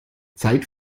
zeit